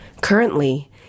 Currently